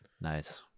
Nice